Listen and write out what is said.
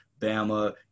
Bama